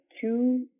two